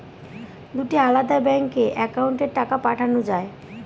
দুটি আলাদা ব্যাংকে অ্যাকাউন্টের টাকা পাঠানো য়ায়?